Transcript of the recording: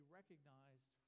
recognized